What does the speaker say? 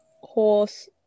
horse